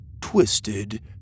Twisted